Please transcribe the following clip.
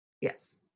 Yes